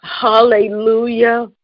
Hallelujah